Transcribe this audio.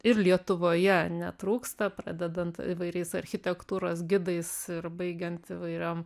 ir lietuvoje netrūksta pradedant įvairiais architektūros gidais ir baigiant įvairiom